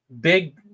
big